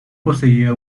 poseía